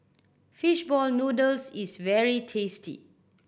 fish ball noodles is very tasty